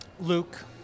Luke